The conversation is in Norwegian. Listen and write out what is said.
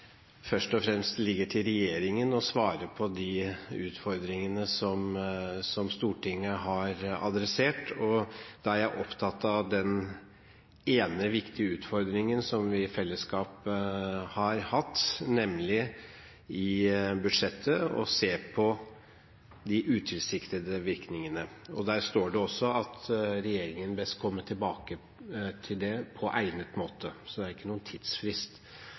først og fremst ligger til regjeringen å svare på de utfordringene som Stortinget har adressert. Jeg er opptatt av den ene viktige utfordringen som vi i fellesskap har hatt, nemlig i budsjettet å se på de utilsiktede virkningene. Der står det også at regjeringen bes komme tilbake til det på egnet måte. Så det er ikke noen tidsfrist.